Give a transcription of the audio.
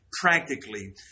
practically